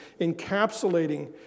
encapsulating